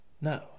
no